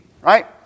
Right